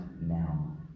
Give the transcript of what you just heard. now